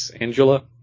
Angela